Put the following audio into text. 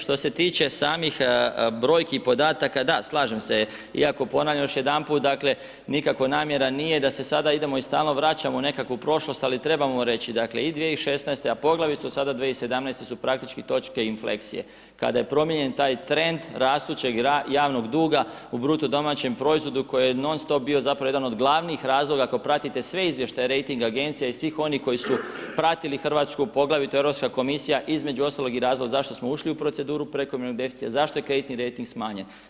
Što se tiče samih brojki i podataka da slažem se iako ponavljam još jedanput dakle nikako namjera nije da se sada idemo i stalno vraćamo u nekakvu prošlost, ali trebamo reći dakle i 2016. a poglavito sada 2017. su praktički točke infleksije kada je promijenjen taj trend rastućeg javnog duga u bruto domaćem proizvodu koji je non stop bio zapravo jedan od glavnih razloga ako pratite sve izvještaje rejting agencija i svih onih koji su pratili Hrvatsku, poglavito Europska komisija između ostalog i razloga zašto smo ušli u proceduru prekomjernog deficita, zašto je kreditni rejting smanjen.